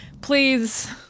Please